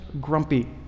grumpy